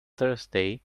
thursday